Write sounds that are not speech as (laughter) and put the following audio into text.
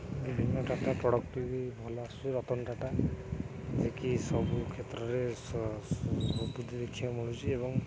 ବିଭିନ୍ନ data product ବି ଭଲ ଆସୁଛି ରତନ ଡାଟା ଯେକି ସବୁ କ୍ଷେତ୍ରରେ (unintelligible) ଦେଖିବାକୁ ମିଳୁଛି ଏବଂ